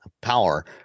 power